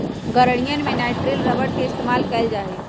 गड़ीयन में nitrile rubber के इस्तेमाल कइल जा हई